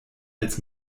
als